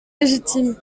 légitime